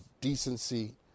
decency